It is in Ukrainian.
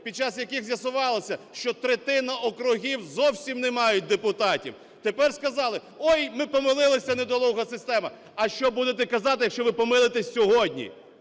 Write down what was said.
під час яких з'ясувалося, що третина округів зовсім не мають депутатів. Тепер сказали: "Ой, ми помилилися, недолуга система". А що будете казати, якщо ви помилитесь сьогодні?